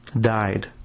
died